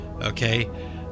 okay